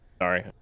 sorry